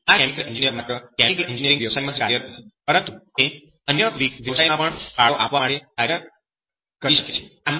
તેથી આ chemical engineer માત્ર કેમિકલ એન્જિનિયરિંગ વ્યવસાયોમાં જ કાર્યરત નથી પરંતુ તે અન્ય વ્યવસાયમાં પણ ફાળો આપવા માટે કાર્ય કરી શકે છે